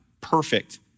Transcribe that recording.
perfect